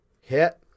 Hit